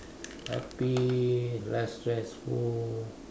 happy less stressful